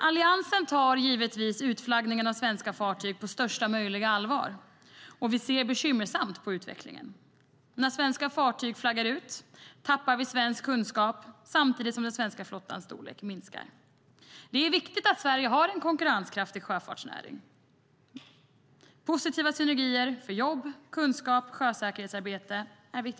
Alliansen tar givetvis utflaggningen av svenska fartyg på största möjliga allvar, och vi anser att utvecklingen är bekymmersam. När svenska fartyg flaggar ut tappar vi svensk kunskap samtidigt som den svenska flottans storlek minskar. Det är viktigt att Sverige har en konkurrenskraftig sjöfartsnäring. Det är viktigt att värna positiva synergier för jobb, kunskap och sjösäkerhetsarbete.